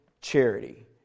charity